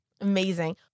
Amazing